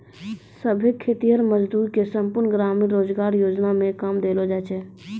सभै खेतीहर मजदूर के संपूर्ण ग्रामीण रोजगार योजना मे काम देलो जाय छै